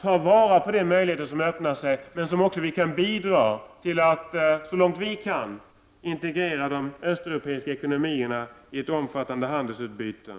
ta vara på den möjlighet som nu öppnar sig och som vi även för vår egen nytta kan bidra till att integrera de östeuropeiska ekonomierna i ett omfattande handelsutbyte.